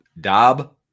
Dob